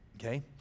Okay